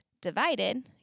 divided